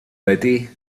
betty